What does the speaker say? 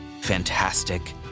fantastic